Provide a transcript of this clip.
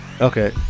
Okay